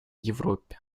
европе